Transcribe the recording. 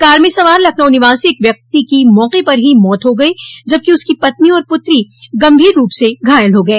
car में सवार लखनऊ निवासी एक व्यक्ति की मौके पर ही मौत हो गई जबकि उसकी पत्नी और पुत्री गंभीर रूप से घायल हो गई